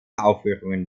aufführungen